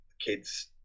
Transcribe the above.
kids